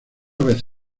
vez